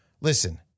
Listen